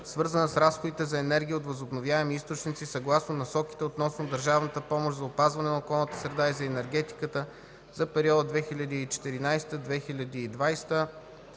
свързана с разходите за енергия от възобновяеми източници, съгласно Насоките относно държавната помощ за опазване на околната среда и за енергетика за периода 2014 – 2020